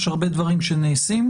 יש הרבה דברים שנעשים,